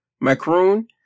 Macron